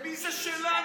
מי זה "שלנו"?